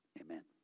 Amen